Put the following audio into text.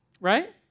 right